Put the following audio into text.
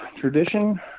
tradition